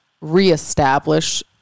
reestablish